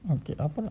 okay lah